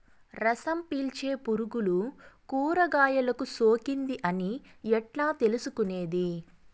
రసం పీల్చే పులుగులు కూరగాయలు కు సోకింది అని ఎట్లా తెలుసుకునేది?